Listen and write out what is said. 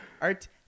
art